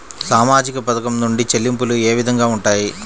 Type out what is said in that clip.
సామాజిక పథకం నుండి చెల్లింపులు ఏ విధంగా ఉంటాయి?